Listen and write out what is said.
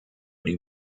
die